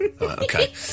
Okay